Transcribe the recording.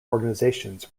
organizations